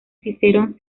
cicerón